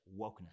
wokeness